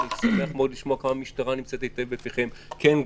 ואני שמח מאוד לשמוע כמה המשטרה נמצאת היטב בפיכם כן,